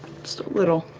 just a little.